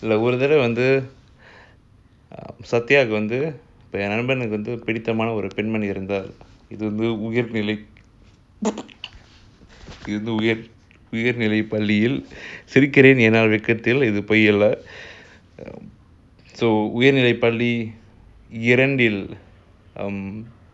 ஒருதடவைவந்துசத்யாகுவந்துஎன்நண்பனுக்குவந்துபிடித்தமானஒருபெண்மணிஇருந்தாள்இதுவந்துஉயர்நிலைஇதுவந்துஉயர்நிலைபள்ளியில்சிறிக்குறேன்எனாவெட்கத்தில்இதுபொய்யல்ல:oru thadava vandhu sathyaku vandhu en nanbanuku vandhu pidithamana oru penmani irunthal idhu vandhu uyarnilai idhu vandhu uyarnilai palliyil sirikuren yena vetkathil idhu poyyalla so உயர்நிலைபள்ளிஇரண்டில்:uyarnilai palli irandil